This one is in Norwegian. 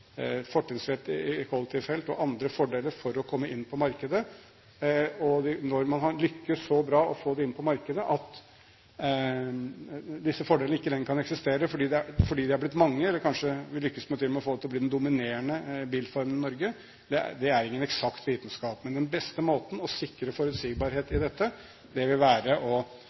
fortrinnsrett i kollektivfelt og andre fordeler for å komme inn på markedet, til at man har lyktes så bra med å få det inn på markedet at disse fordelene ikke lenger kan eksistere fordi de er blitt mange – eller kanskje vi til og med lykkes med å få det til å bli den dominerende bilformen i Norge – er ingen eksakt vitenskap. Men den beste måten å sikre forutsigbarhet på i dette vil være å